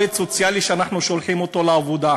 השאלה: עובד סוציאלי, כשאנחנו שולחים אותו לעבודה,